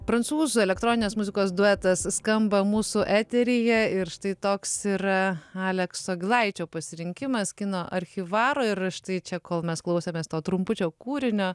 prancūzų elektroninės muzikos duetas skamba mūsų eteryje ir štai toks yra alekso gilaičio pasirinkimas kino archyvaro ir štai čia kol mes klausėmės to trumpučio kūrinio